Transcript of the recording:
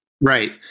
right